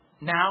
Now